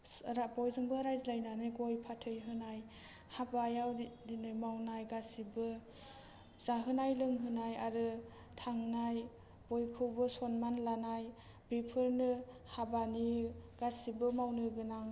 बयजोंबो रायज्लायनानै गय फाथै होनाय हाबायाव दि दिनै मावनाय गासैबो जाहोनाय लोंहोनाय आरो थांनाय बयखौबो सनमान लानाय बेफोरनो हाबानि गासैबो मावनो गोनां